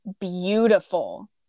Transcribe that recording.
beautiful